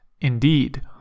Indeed